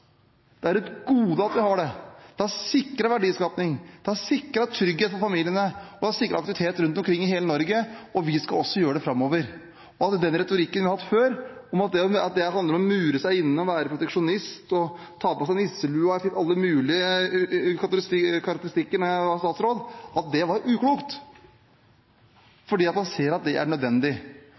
Det er et gode at vi har det. Det har sikret verdiskaping, det har sikret trygghet for familiene, og det har sikret aktivitet rundt omkring i hele Norge, og vi skal også gjøre det framover. Retorikken vi har hørt før, handlet om at det er å mure seg inne, være proteksjonist og ta på seg nisselua, og jeg fikk alle mulige karakteristikker da jeg var statsråd og hørte at det var uklokt. Man ser at det er nødvendig.